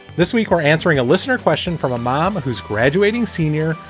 this week we're answering a listener question from a mom who's graduating senior.